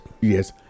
yes